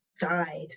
died